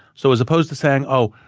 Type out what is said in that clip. so as opposed to saying, oh,